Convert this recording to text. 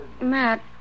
Matt